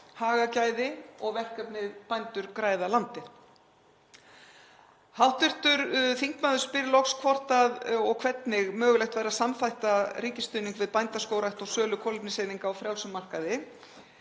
Hagagæði og verkefnið Bændur græða landið. Hv. þingmaður spyr loks hvort og hvernig mögulegt væri að samþætta ríkisstuðning við bændur, skógrækt og sölu kolefniseininga á frjálsum markaði.